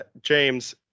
James